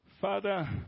Father